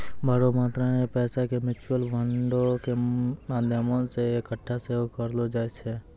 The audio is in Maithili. बड़ो मात्रा मे पैसा के म्यूचुअल फंडो के माध्यमो से एक्कठा सेहो करलो जाय छै